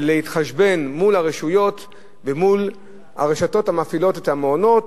ולהתחשבן מול הרשויות ומול הרשתות המפעילות את המעונות,